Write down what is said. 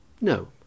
No